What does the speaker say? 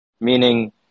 meaning